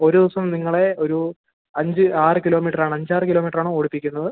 ഒരു ദിവസം നിങ്ങളെ ഒരു അഞ്ച് ആറ് കിലോമീറ്ററാണ് അഞ്ച് ആറ് കിലോമീറ്ററാണ് ഓടിപ്പിക്കുന്നത്